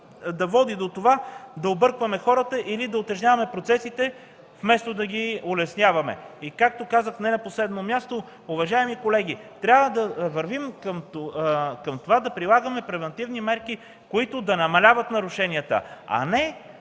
да води до объркване на хората и да утежняваме процесите, вместо да ги улесняваме. И не на последно място, уважаеми колеги, трябва да вървим към прилагането на превантивни мерки, които да намаляват нарушенията, а не